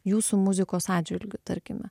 jūsų muzikos atžvilgiu tarkime